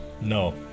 No